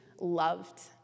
loved